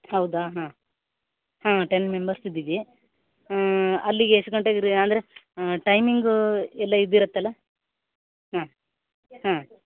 ಹೌದಾ ಹಾಂ ಹಾಂ ಟೆನ್ ಮೆಂಬರ್ಸ್ ಇದ್ದೀವಿ ಅಲ್ಲಿಗೆ ಎಷ್ಟು ಗಂಟೆಗೆ ಅಂದರೆ ಟೈಮಿಂಗ್ ಎಲ್ಲ ಇದ್ದಿರತ್ತಲ್ಲ ಹಾಂ ಹಾಂ